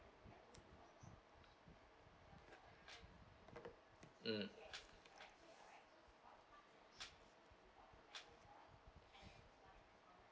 mm